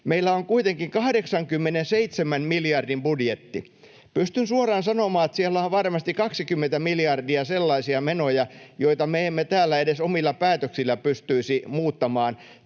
Meillä on kuitenkin 87 miljardin budjetti. Pystyn suoraan sanomaan, että siellä on varmasti 20 miljardia sellaisia menoja, joita me emme täällä edes omilla päätöksillä pystyisi muuttamaan.